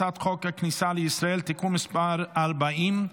הצעת חוק הכניסה לישראל (תיקון מס' 40)